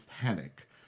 panic